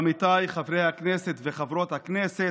עמיתיי חברי הכנסת וחברות הכנסת,